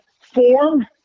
form